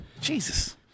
jesus